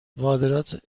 واردات